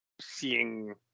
seeing